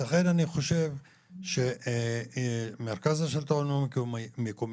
לכן אני חושב שמרכז השלטון המקומי,